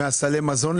מסלי המזון,